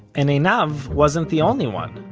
and einav wasn't the only one.